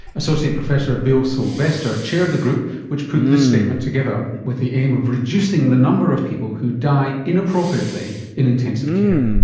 associate professor bill silvester chaired the group which put the statement together with the aim of reducing the number of people who die inappropriately in intensive care.